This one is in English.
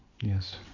Yes